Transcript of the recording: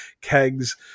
kegs